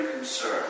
concern